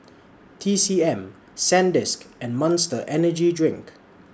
T C M Sandisk and Monster Energy Drink